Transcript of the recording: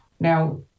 now